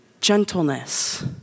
gentleness